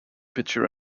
picture